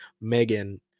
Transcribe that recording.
Megan